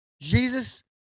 Jesus